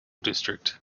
district